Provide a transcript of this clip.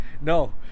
no